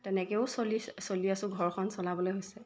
তেনেকৈও চলি চলি আছোঁ ঘৰখন চলাবলৈ হৈছে